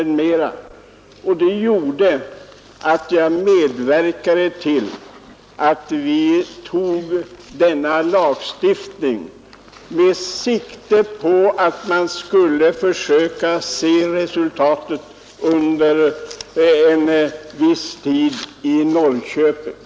Därför medverkade jag till att vi fick denna lagstiftning med sikte på att vi skulle få fram resultat under viss tids försöksverksamhet i Norrköping.